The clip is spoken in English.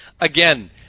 again